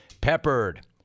Peppered